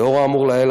לאור האמור לעיל,